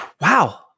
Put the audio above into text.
Wow